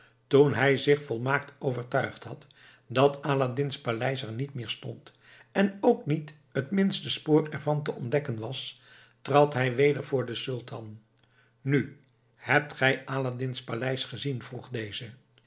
toen hij zich volmaakt overtuigd had dat aladdin's paleis er niet meer stond en ook niet het minste spoor ervan te ontdekken was trad hij weder voor den sultan nu hebt gij aladdin's paleis gezien vroeg deze